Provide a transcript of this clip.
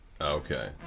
Okay